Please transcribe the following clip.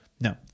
No